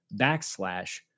backslash